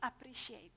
appreciate